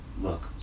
Look